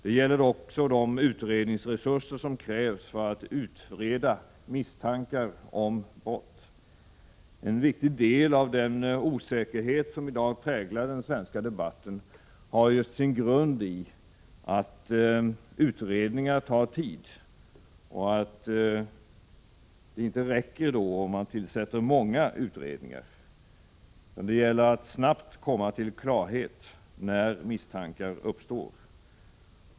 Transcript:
Detta gäller också de utredningsresurser som krävs för att utreda misstankar om brott. En viktig del av den osäkerhet som i dag präglar den svenska debatten har sin grund justiatt utredningar tar tid. Det räcker då inte att tillsätta många utredningar utan det gäller att snabbt komma till klarhet när misstankar uppstår.